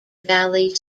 valley